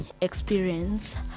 experience